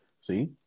See